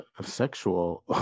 sexual